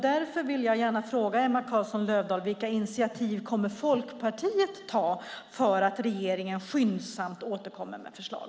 Därför vill jag gärna fråga Emma Carlsson Löfdahl: Vilka initiativ kommer Folkpartiet att ta för att regeringen skyndsamt återkommer med förslag?